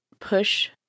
push